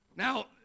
Now